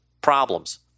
problems